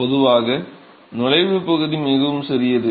பொதுவாக நுழைவு பகுதி மிகவும் சிறியது